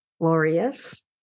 glorious